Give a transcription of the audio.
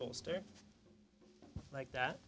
poster like that